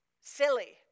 silly